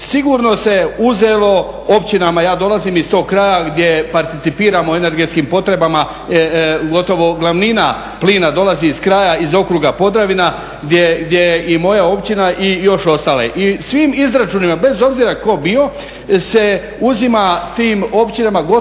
sigurno se uzelo općinama, ja dolazim iz tog kraja gdje participiramo energetskim potrebama, gotovo glavnina plina dolazi iz kraja iz okruga Podravina gdje i moja općina i još ostale i svim izračunima, bez obzira tko bio, se uzima tim općinama gotovo